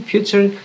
Future